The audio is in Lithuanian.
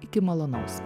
iki malonaus